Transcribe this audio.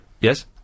Yes